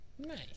Nice